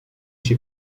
się